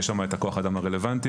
יש שם את כוח האדם הרלוונטי.